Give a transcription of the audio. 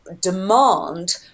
demand